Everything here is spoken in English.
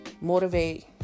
motivate